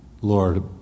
Lord